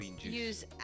use